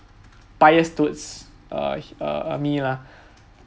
biased towards uh uh me lah